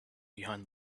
behind